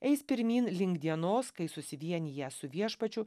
eis pirmyn link dienos kai susivieniję su viešpačiu